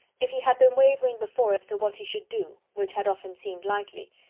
if he had been wavering before as to what he should do, which had often seemed likely,